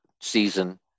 season